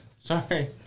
Sorry